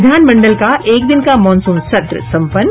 विधानमंडल का एक दिन का मॉनसून सत्र सम्पन्न